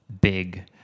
big